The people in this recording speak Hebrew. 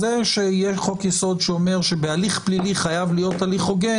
זה שיש חוק-יסוד שאומר שבהליך פלילי חייב להיות הליך הוגן